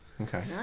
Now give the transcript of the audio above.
Okay